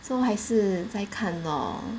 so 还是在看 lor